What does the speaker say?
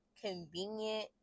convenient